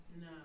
No